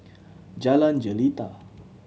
Jalan Jelita